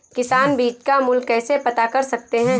किसान बीज का मूल्य कैसे पता कर सकते हैं?